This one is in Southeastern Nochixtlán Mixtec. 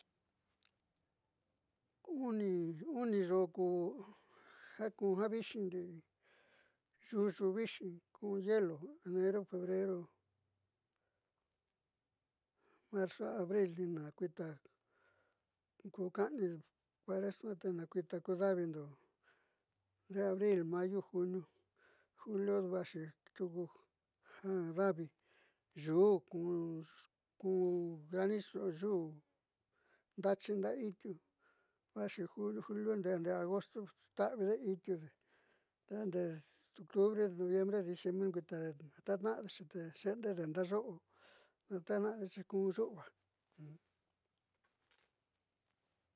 Uni yo'o ku ja kun ja vixi ndiuu yuu vixi ku hielo enero febrero marzo abril ni nakuita kun ka'ani cuaresna te ninakuita ku daávindo ndeé abril, mayo, junio, julio vaxi tiuko jadavi yu'uu kun kun granizo yuu ndaachi nda'a itiu vaxi junio, julio ndee agosto ta'avide tiude tande septiembre, octubre, noviembre, diciembre nguitade taatnaádedexi te xeéndede ndayo'o ntatnaatna'adexi kun yu'ua.